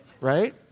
right